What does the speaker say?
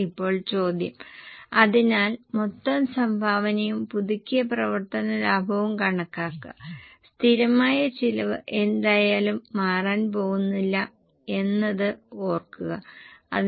അതിനാൽ ആദ്യം വിൽപ്പനയുടെ മൊത്തം വേരിയബിൾ ചെലവ് കണക്കാക്കുക അതായത് 2536 ഏത് ഘടകങ്ങളാണ് എടുത്തതെന്ന് പരിശോധിക്കുക 5 8 11 15 18